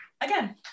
again